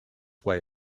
way